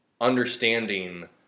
understanding